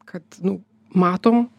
kad nu matom